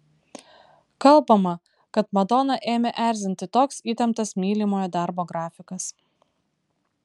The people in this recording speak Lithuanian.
kalbama kad madoną ėmė erzinti toks įtemptas mylimojo darbo grafikas